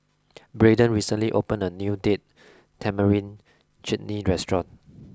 Braeden recently opened a new Date Tamarind Chutney restaurant